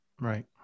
Right